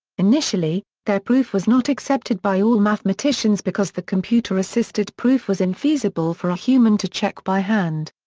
initially, their proof was not accepted by all mathematicians because the computer-assisted proof was infeasible for a human to check by hand.